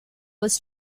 was